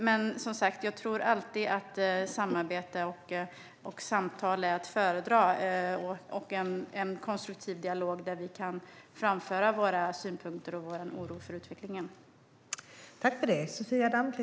Men, som sagt, jag tror alltid att samarbete, samtal och en konstruktiv dialog där vi kan framföra våra synpunkter och vår oro för utvecklingen är att föredra.